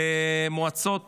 במועצות